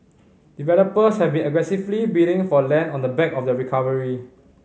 developers have been aggressively bidding for land on the back of the recovery